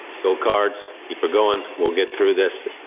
go cards. keep going. we'll get through this.